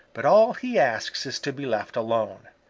but all he asks is to be left alone.